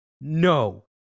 no